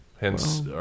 Hence